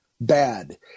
bad